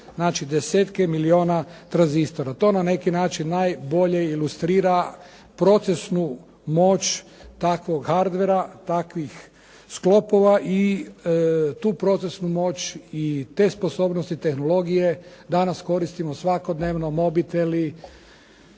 desetke milijuna tranzistora. To na neki način najbolje ilustrira procesnu moć takvog hardvera, takvih sklopova i tu procesnu moć i te sposobnosti tehnologije danas koristimo svakodnevno mobitelji,